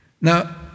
Now